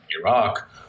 Iraq